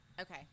Okay